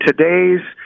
today's